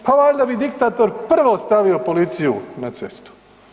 Pa valjda bi diktator prvo stavio policiju na cestu.